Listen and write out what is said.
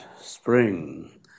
spring